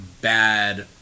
bad